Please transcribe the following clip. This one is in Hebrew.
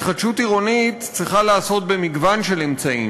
התחדשות עירונית צריכה להיעשות במגוון של אמצעים: